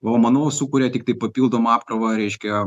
o manau sukuria tiktai papildomą apkrovą reiškia